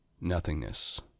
nothingness